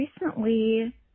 recently